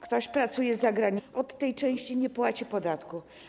Ktoś pracuje za granicą, od tej części nie płaci podatku.